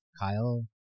Kyle